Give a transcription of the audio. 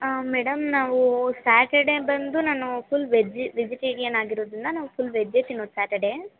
madam ನಾವು Saturday ಬಂದು ನಾನು ಫುಲ್ ವೆಜ್ ವೆಜಿಟೇರಿಯನ್ ಆಗಿರೋದರಿಂದ ನಾವು ಫುಲ್ ವೆಜ್ಜೆ ತಿನ್ನೋದು ಸ್ಯಾಟರ್ಡೆ